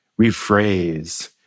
rephrase